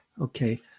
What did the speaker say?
Okay